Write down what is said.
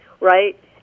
right